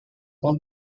all